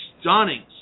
stunning